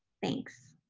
thanks.